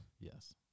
Yes